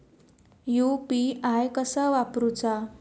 UPI कसा वापरूचा?